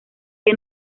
que